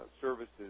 services